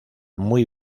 muy